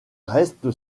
reste